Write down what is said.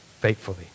Faithfully